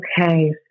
Okay